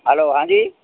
hello हांजी